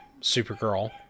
Supergirl